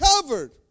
covered